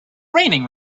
raining